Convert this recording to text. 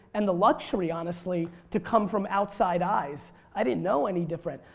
and the luxury honestly, to come from outside eyes. i don't know any different.